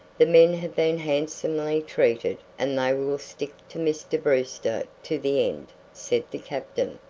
the men have been handsomely treated and they will stick to mr. brewster to the end, said the captain.